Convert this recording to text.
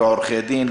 לא עורכי דין,